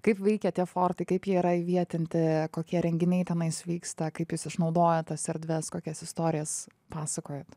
kaip veikia tie fortai kaip jie yra įvietinti kokie renginiai tenais vyksta kaip jūs išnaudojat tas erdves kokias istorijas pasakojat